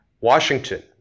Washington